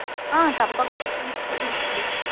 తప్పకుండా తీసుకుని రండి